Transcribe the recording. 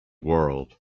world